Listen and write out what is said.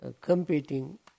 competing